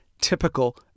typical